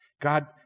God